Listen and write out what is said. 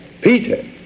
Peter